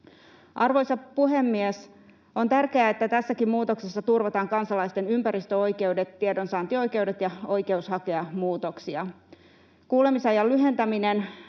Arvoisa puhemies! On tärkeää, että tässäkin muutoksessa turvataan kansalaisten ympäristöoikeudet, tiedonsaantioikeudet ja oikeus hakea muutoksia. Kuulemisajan lyhentäminen